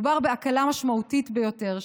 מדובר בהקלה משמעותית ביותר,